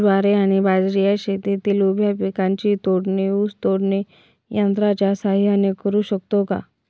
ज्वारी आणि बाजरी या शेतातील उभ्या पिकांची तोडणी ऊस तोडणी यंत्राच्या सहाय्याने करु शकतो का?